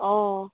অঁ